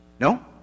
No